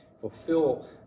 fulfill